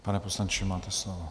Pane poslanče, máte slovo.